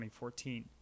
2014